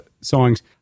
songs